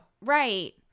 right